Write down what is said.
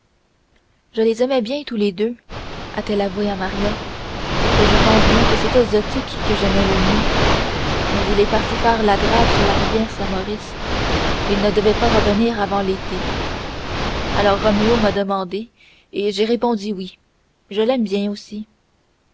je les aimais bien tous les deux a-t-elle avoué à maria et je pense bien que c'était zotique que j'aimais le mieux mais il est parti faire la drave sur la rivière saint-maurice il ne devait pas revenir avant l'été alors roméo m'a demandée et j'ai répondu oui je l'aime bien aussi